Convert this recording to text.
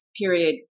period